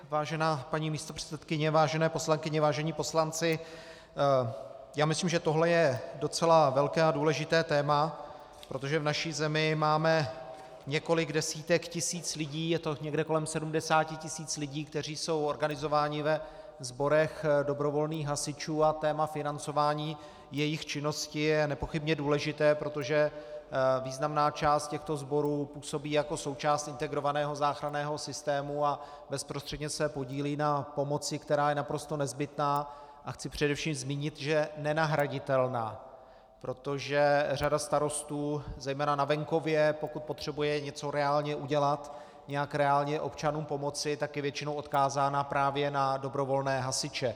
Vážená paní místopředsedkyně, vážené poslankyně, vážení poslanci, já myslím, že tohle je docela velké a důležité téma, protože v naší zemi máme několik desítek tisíc lidí, je to někde kolem 70 tis. lidí, kteří jsou organizováni ve sborech dobrovolných hasičů, a téma financování jejich činnosti je nepochybně důležité, protože významná část těchto sborů působí jako součást integrovaného záchranného systému a bezprostředně se podílí na pomoci, která je naprosto nezbytná, a chci především zmínit, že nenahraditelná, protože řada starostů zejména na venkově, pokud potřebuje něco reálně udělat, nějak reálně občanům pomoci, tak je většinou odkázána právě na dobrovolné hasiče.